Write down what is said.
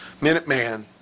Minuteman